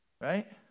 right